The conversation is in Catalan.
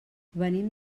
venim